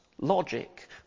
logic